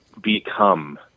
become